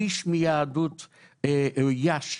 שליש מיהדות יאש.